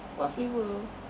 what flavour